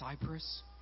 Cyprus